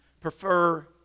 prefer